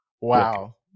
Wow